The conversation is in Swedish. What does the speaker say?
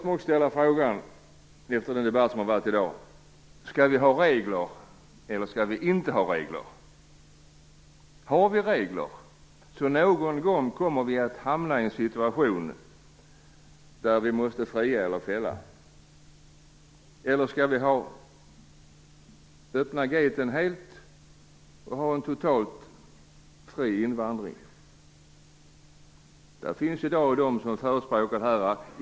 Efter den debatt som har varit i dag måste jag också ställa frågan: Skall vi har regler, eller skall vi inte har regler? Har vi regler kommer vi någon gång att hamna i en situation där vi måste fria eller fälla. Eller skall vi öppna gaten helt och ha en totalt fri invandring? Det finns de som i dag förespråkar detta.